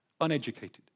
uneducated